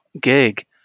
gig